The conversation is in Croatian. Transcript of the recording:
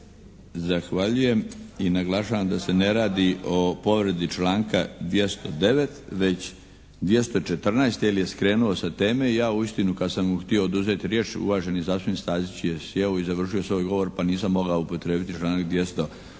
Zahvaljujem. I naglašavam da se ne radi o povredi članka 209. već 214. jer je skrenuo sa teme i ja uistinu kad sam mu htio oduzeti riječ, uvaženi zastupnik Stazić je sjeo i završio svoj odgovor pa nisam mogao upotrijebiti članak 214.